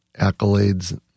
accolades